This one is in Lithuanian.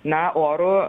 na orų